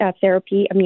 therapy